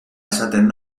esaten